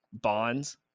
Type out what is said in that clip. bonds